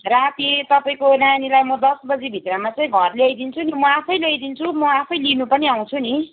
राति तपाईँको नानीलाई म दस बजी भित्रमा चाहिँ घर ल्याइदिन्छु नि म आफै ल्याइदिन्छु म आफै लिनु पनि आउँछु नि